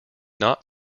not